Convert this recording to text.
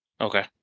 Okay